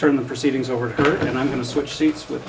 turn the proceedings over thirty and i'm going to switch seats with